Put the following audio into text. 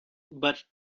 but